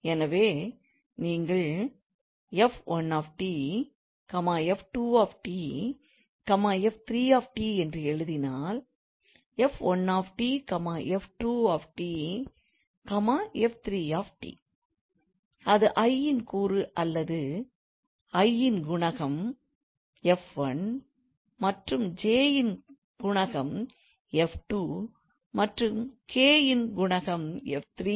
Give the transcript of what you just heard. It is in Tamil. எனவே நீங்கள் 𝑓1𝑡 𝑓2𝑡 𝑓3𝑡 என்று எழுதினால் 𝑓1𝑡 𝑓2𝑡 𝑓3𝑡 அது i இன் கூறு அல்லது i இன் குணகம் 𝑓1 மற்றும் j இன் குணகம் 𝑓2 மற்றும் k இன் குணகம் 𝑓3